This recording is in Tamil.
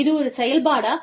இது ஒரு செயல்பாடா